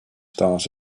stars